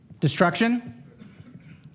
Destruction